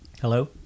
Hello